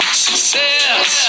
success